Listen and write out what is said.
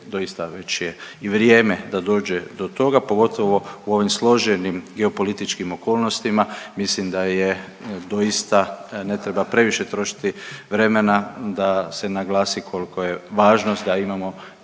doista već je i vrijeme da dođe do toga pogotovo u ovim složenim geopolitičkim okolnostima, mislim da je doista ne treba previše trošiti vremena da se naglasi koliko je važnost da imamo